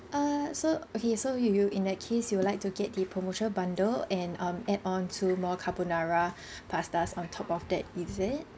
uh so okay so you in that case you would like to get the promotional bundle and um add on two more carbonara pastas on top of that is it